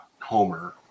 homer